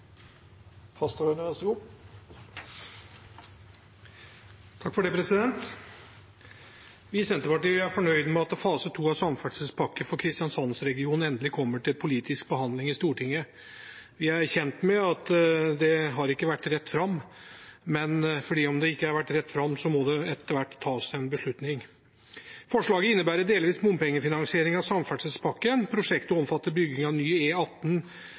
Vi i Senterpartiet er fornøyd med at fase 2 av Samferdselspakke for Kristiandsandsregionen endelig kommer til politisk behandling i Stortinget. Vi er kjent med at det ikke har vært rett fram, men selv om det ikke har vært rett fram, må det etter hvert tas en beslutning. Forslaget innebærer delvis bompengefinansiering av samferdselspakken. Prosjektet omfatter bygging av ny